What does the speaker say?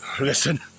Listen